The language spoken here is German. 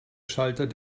schalter